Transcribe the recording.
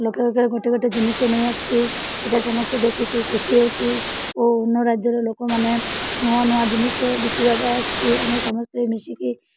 ଲୋକେ ଗୋଟେ ଗୋଟେ ଜିନିଷ ନେଇ ଆସିଛି ସେଇଟା ସମସ୍ତେ ଦେଖିକି ଖୁସି ହେଉଛି ଓ ଅନ୍ୟ ରାଜ୍ୟର ଲୋକମାନେ ନୂଆ ନୂଆ ଜିନିଷ ବିକିବା ପାଇଁ ଆସିଛି ଆମେ ସମସ୍ତେ ମିଶିକି